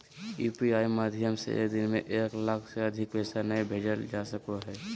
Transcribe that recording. UPI माध्यम से एक दिन में एक लाख से अधिक पैसा नय भेजल जा सको हय